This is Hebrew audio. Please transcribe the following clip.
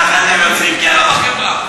ככה אתם יוצרים קרע בחברה.